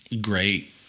great